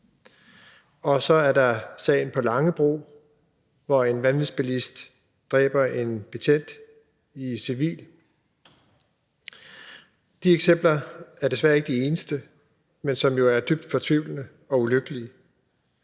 Og så er der sagen på Langebro, hvor en vanvidsbilist dræber en betjent i civil. De eksempler er desværre ikke de eneste, men de er dybt fortvivlende og ulykkelige.